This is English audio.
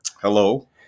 Hello